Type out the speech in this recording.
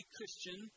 Christian